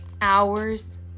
hours